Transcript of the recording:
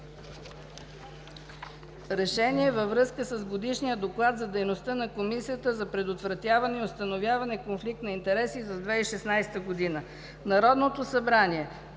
РЕШЕНИЕ във връзка с годишния доклад за дейността на Комисията за предотвратяване и установяване на конфликт на интереси за 2016 г. Народното събрание